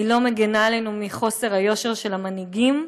היא לא מגינה עלינו מחוסר היושר של המנהיגים,